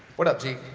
what up, g?